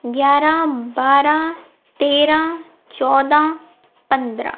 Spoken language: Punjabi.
ਗਿਆਰਾਂ ਬਾਰਾਂ ਤੇਰਾਂ ਚੌਦਾਂ ਪੰਦਰਾਂ